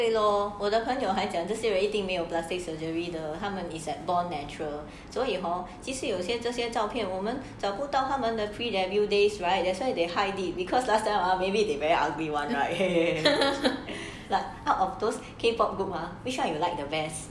对咯我的朋友还讲这些人没有 plastic surgery 的他们 is at born natural 所以 hor 其实有些这些照片我们找不到他们的 pre debut days right that's why they are hide it because last time or maybe they very ugly [one] right here like out of those K pop group ah which one you like the best